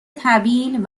طویل